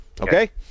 Okay